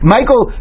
Michael